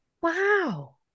Wow